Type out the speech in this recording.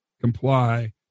comply